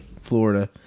Florida